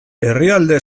herrialde